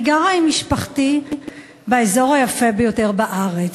אני גרה עם משפחתי באזור היפה ביותר בארץ,